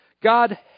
God